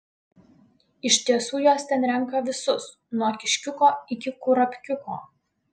iš tiesų jos ten renka visus nuo kiškiuko iki kurapkiuko